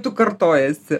tu kartojiesi